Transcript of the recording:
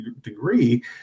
degree